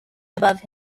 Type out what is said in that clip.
above